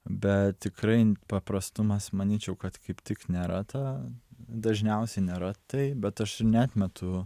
bet tikrai paprastumas manyčiau kad kaip tik nėra ta dažniausiai nėra tai bet aš ir neatmetu